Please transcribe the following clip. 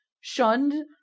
shunned